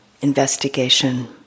investigation